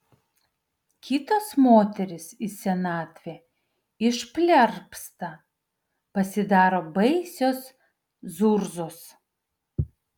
kitos moterys į senatvę išplerpsta pasidaro baisios zurzos